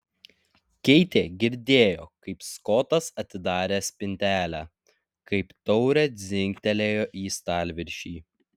keitė girdėjo kaip skotas atidarė spintelę kaip taurė dzingtelėjo į stalviršį